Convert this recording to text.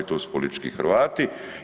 To su politički Hrvati.